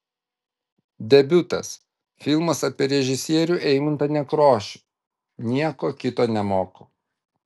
debiutas filmas apie režisierių eimuntą nekrošių nieko kito nemoku